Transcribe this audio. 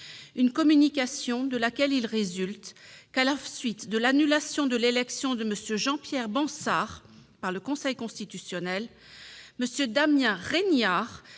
une communication de laquelle il résulte que, à la suite de l'annulation de l'élection de M. Jean-Pierre Bansard par le Conseil constitutionnel, M. Damien Regnard,